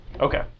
Okay